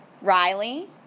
Riley